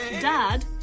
Dad